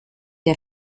der